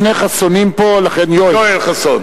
חבר הכנסת יואל חסון.